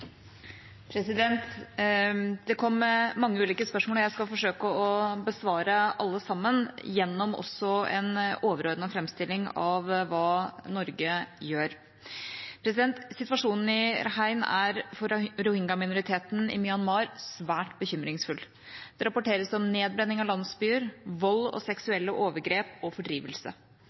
Det kom mange ulike spørsmål, og jeg skal forsøke å besvare alle sammen, også gjennom en overordnet framstilling av hva Norge gjør. Situasjonen i Rakhine er for rohingya-minoriteten i Myanmar svært bekymringsfull. Det rapporteres om nedbrenning av landsbyer, vold og seksuelle overgrep og fordrivelse.